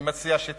אני מציע שתאמץ